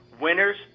Winners